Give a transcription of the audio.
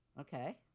Okay